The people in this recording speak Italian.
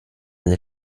del